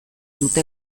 dute